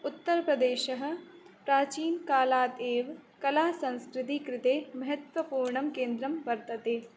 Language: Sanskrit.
उत्तरप्रदेशः प्राचीनकालात् एव् कलासंस्कृतिकृते महत्त्वपूर्णं केन्द्रं वर्तते